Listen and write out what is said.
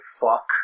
fuck